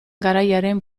garaiaren